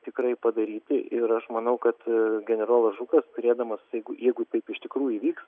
tikrai padaryti ir aš manau kad generolas žukas turėdamas jeigu jeigu taip iš tikrųjų įvyks